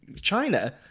china